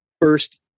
First